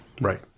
Right